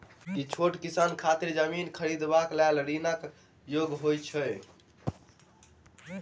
की छोट किसान खेतिहर जमीन खरिदबाक लेल ऋणक योग्य होइ छै?